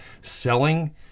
selling